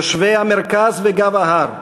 יושבי המרכז וגב ההר,